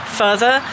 further